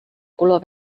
color